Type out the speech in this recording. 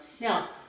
Now